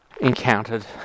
encountered